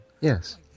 Yes